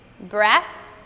Breath